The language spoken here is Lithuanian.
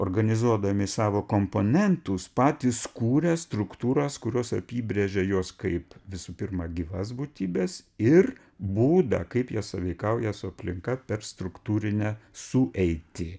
organizuodami savo komponentus patys kūrė struktūras kurios apibrėžia juos kaip visų pirma gyvas būtybes ir būdą kaip jie sąveikauja su aplinka per struktūrine sueitį